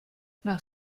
nach